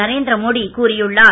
நரேந்திர மோடி கூறியுள்ளார்